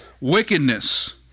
wickedness